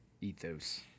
ethos